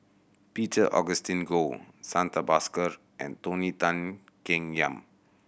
Peter Augustine Goh Santha Bhaskar and Tony Tan Keng Yam